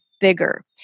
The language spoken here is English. bigger